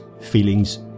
feelings